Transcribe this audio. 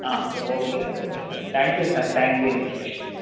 okay okay sir thank you sir thank you information